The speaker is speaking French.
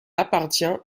appartient